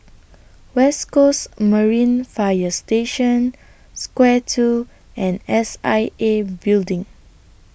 West Coast Marine Fire Station Square two and S I A Building